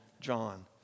John